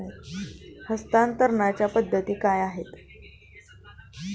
हस्तांतरणाच्या पद्धती काय आहेत?